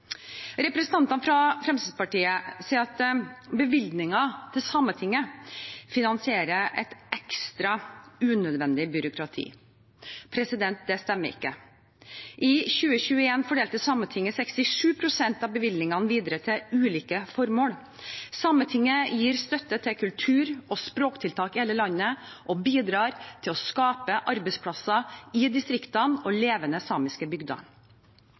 Representantene fra Fremskrittspartiet sier at bevilgningen til Sametinget finansierer et ekstra unødvendig byråkrati. Det stemmer ikke. I 2021 fordelte Sametinget 67 pst. av bevilgningene videre til ulike formål. Sametinget gir støtte til kultur- og språktiltak i hele landet og bidrar til å skape arbeidsplasser i distriktene og levende samiske bygder.